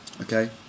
okay